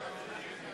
בסדר-היום: